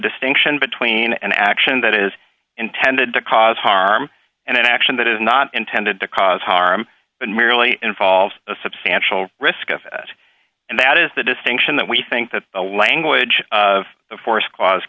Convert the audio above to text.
distinction between an action that is intended to cause harm and an action that is not intended to cause harm but merely involves a substantial risk of it and that is the distinction that we think that the language of force cla